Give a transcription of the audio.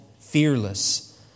fearless